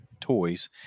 toys